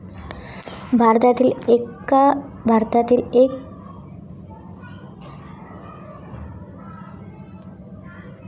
भारतातील एक कोटी कुटुंबा पेन्शनधारक कुटुंबा म्हणून वर्गीकृत केली जाऊ शकतत